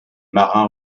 marins